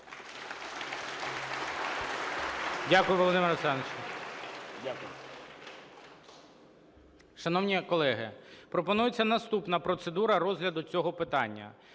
Дякую, Володимир Олександрович.